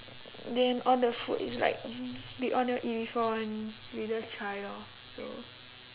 then all the food is like we all never eat before [one] we just try lor so